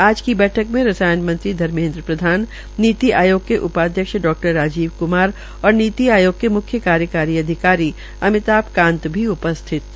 आज की बैठक में रसायन मंत्री धर्मेन्द्र प्रधान नीति आयोग के उपाध्यक्ष डा राजीव क्मार और नीति के म्ख्य कार्यकारी अधिकारी अमिताभ कांत भी उपस्थित है